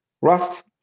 Rust